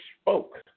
spoke